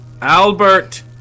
Albert